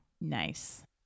Nice